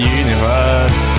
universe